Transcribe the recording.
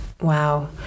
Wow